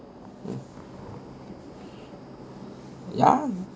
yeah